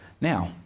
Now